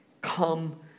come